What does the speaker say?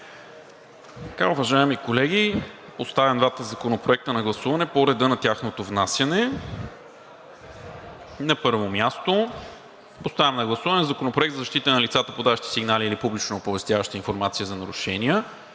Уважаеми колеги, поставям двата Законопроекта на гласуване по реда на тяхното внасяне. На първо място поставям на гласуване Законопроект за защита на лицата, подаващи сигнали или публично оповестяващи информация на нарушения,